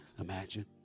imagine